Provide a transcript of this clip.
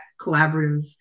collaborative